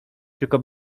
tylko